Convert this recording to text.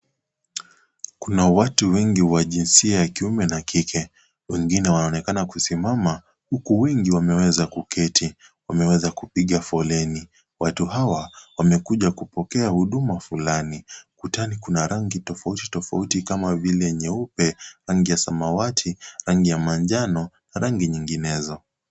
Kuna watu wengi wa jinsia ya kiume na kike. Wengine wanaonekana kusimama, huku wengi wameweza kuketi. Wameweza kupiga foleni. Watu hawa, wamekuja kupokea huduma fulani. Kutani kuna rangi tofauti tofauti kama vile, nyeupe rangi ya samawati, rangi ya manjano na rangi nyinginezo.